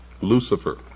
Lucifer